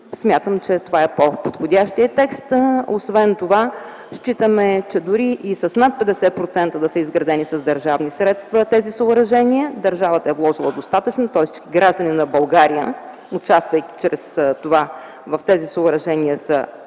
Смятам, че това е по подходящият текст. Освен това смятаме, че дори и с над 50 на сто да се изградени с държавни средства тези съоръжения, държавата е вложила достатъчно. Гражданите на България, участвайки чрез това в тези съоръжения, са